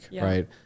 right